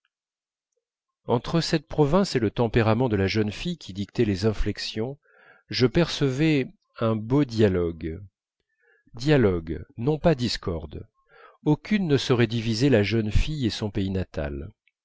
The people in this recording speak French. entre cette province et le tempérament de la jeune fille qui dictait les inflexions je percevais un beau dialogue dialogue non pas discorde aucune ne saurait diviser la jeune fille et son pays natal